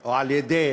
או על-ידי